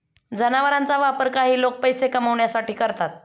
जनावरांचा वापर काही लोक पैसे कमावण्यासाठी करतात